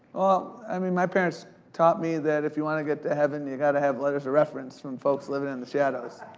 ah i mean, my parents taught me that if you want to get to heaven, you've gotta have letters of reference from folks livin' in the shadows.